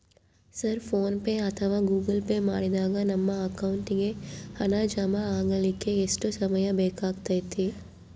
Sir PhonePe ಅಥವಾ Google pay ಮಾಡಿದಾಗ ನಮ್ಮ ಅಕೌಂಟಿಗೆ ಹಣ ಜಮಾ ಆಗಲಿಕ್ಕೆ ಎಷ್ಟು ಸಮಯ ಬೇಕಾಗತೈತಿ?